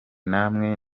namwe